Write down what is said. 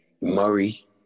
Murray